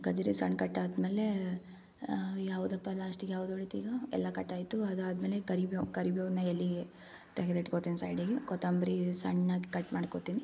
ಗೆಜ್ಜರಿ ಸಣ್ಣ ಕಟ್ಟಾದ್ಮೇಲೆ ಯಾವುದಪ್ಪ ಲಾಸ್ಟಿಗೆ ಯಾವುದು ಉಳಿತೀಗ ಎಲ್ಲ ಕಟ್ಟಾಯ್ತು ಅದಾದ್ಮೇಲೆ ಕರಿಬೇವು ಕರಿಬೇವಿನ ಎಲೆ ತೆಗೆದಿಟ್ಕೋತಿನಿ ಸೈಡಿಗೆ ಕೊತಂಬ್ರಿ ಸಣ್ಣಕೆ ಕಟ್ಮಾಡ್ಕೋತೀನಿ